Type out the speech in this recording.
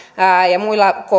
ja muilla